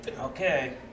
Okay